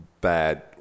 bad